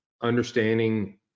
understanding